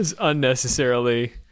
unnecessarily